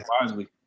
wisely